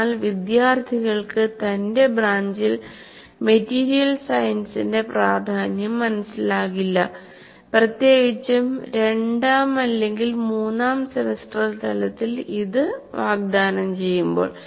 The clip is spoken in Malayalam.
എന്നാൽ വിദ്യാർത്ഥിക്ക് തന്റെ ബ്രാഞ്ചിൽ മെറ്റീരിയൽ സയൻസിന്റെ പ്രാധാന്യം മനസിലാകില്ല പ്രത്യേകിച്ചും രണ്ടാം അല്ലെങ്കിൽ മൂന്നാം സെമസ്റ്റർ തലത്തിൽ ഇത് വാഗ്ദാനം ചെയ്യുമ്പോൾ